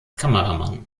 kameramann